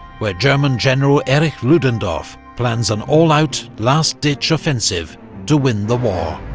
where german general erich ludendorff plans an all-out, last-ditch offensive to win the war.